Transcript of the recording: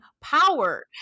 power